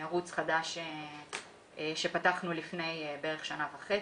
ערוץ חדש שפתחנו לפני כשנה וחצי,